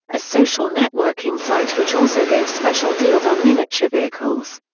a social networking site which also gave special deals on miniature vehicles.